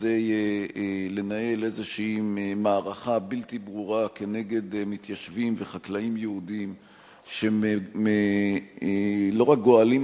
לנהל איזו מערכה בלתי ברורה נגד מתיישבים וחקלאים יהודים שלא רק גואלים